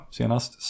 senast